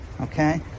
okay